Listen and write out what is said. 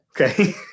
Okay